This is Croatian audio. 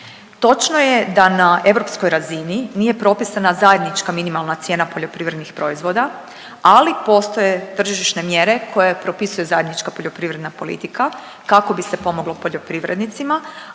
Točno je da na europskoj razini nije propisana zajednička minimalna cijena poljoprivrednih proizvoda, ali postoje tržišne mjere koje propisuje zajednička poljoprivredna politika kako bi se pomoglo poljoprivrednicima,